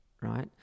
Right